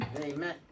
Amen